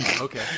Okay